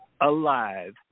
alive